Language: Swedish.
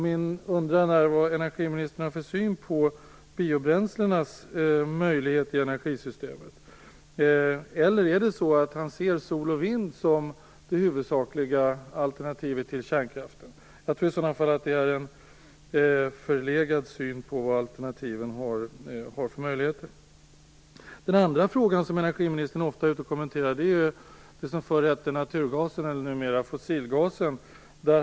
Min undran är vad energiministern har för syn på biobränslenas möjligheter i energisystemet. Eller ser han sol och vind som de huvudsakliga alternativen till kärnkraften? Jag tror i så fall att det är en förlegad syn på alternativen och deras möjligheter. Energiministern är också ofta ute och kommenterar en annan fråga. Den gäller det som förr hette naturgasen, och numera heter fossilgasen.